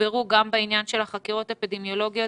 שיתגברו גם בעניין של החקירות האפידמיולוגיות